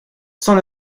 sans